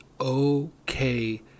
okay